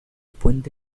puente